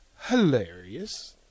hilarious